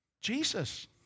jesus